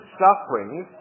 sufferings